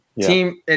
Team